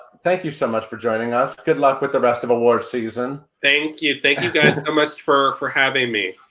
thank you so much for joining us. good luck with the rest of award season. thank you, thank you guys so much for for having me.